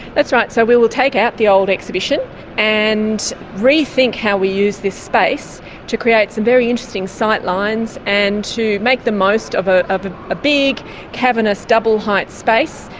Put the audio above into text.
that's right. so we will take out the old exhibition and rethink how we use this space to create some very interesting sightlines and to make the most of ah of a big cavernous double-height space.